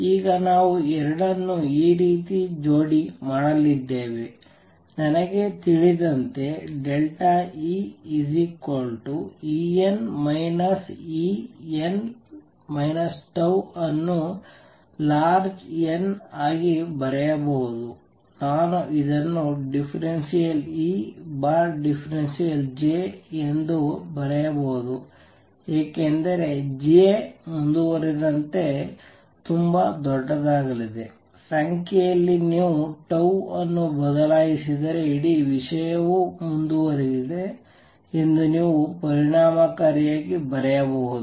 ಈಗ ನಾವು ಎರಡನ್ನು ಈ ರೀತಿ ಜೋಡಿ ಮಾಡಲಿದ್ದೇವೆ ನನಗೆ ತಿಳಿದಂತೆ EEn En τ ಅನ್ನು ಲಾರ್ಜ್ n ಆಗಿ ಬರೆಯಬಹುದು ನಾನು ಇದನ್ನು ∂E∂J ಎಂದು ಬರೆಯಬಹುದು ಏಕೆಂದರೆ J ಮುಂದುವರಿದಂತೆ ತುಂಬಾ ದೊಡ್ಡದಾಗಲಿದೆ ಸಂಖ್ಯೆಯಲ್ಲಿ ನೀವು ಟೌ ಅನ್ನು ಬದಲಾಯಿಸಿದರೆ ಇಡೀ ವಿಷಯವು ಮುಂದುವರೆದಿದೆ ಎಂದು ನೀವು ಪರಿಣಾಮಕಾರಿಯಾಗಿ ಬರೆಯಬಹುದು